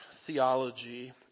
theology